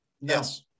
Yes